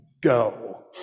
go